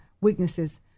weaknesses